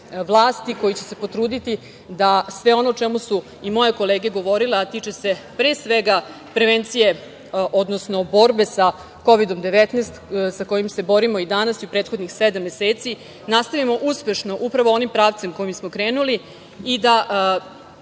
vlasti koji će se potruditi da sve ono o čemu su i moje kolege govorile, a tiče se pre svega prevencije, odnosno borbe sa Kovidom 19, sa kojim se borimo i danas i u prethodnih sedam meseci, nastavimo uspešno upravo onim pravcem kojim smo krenuli da